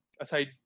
aside